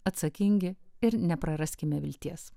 atsakingi ir nepraraskime vilties